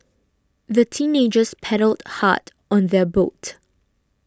the teenagers paddled hard on their boat